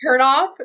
turnoff